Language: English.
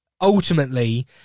ultimately